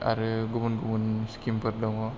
आरो गुबुन स्किमफोर दङ